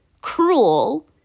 cruel